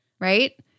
Right